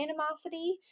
animosity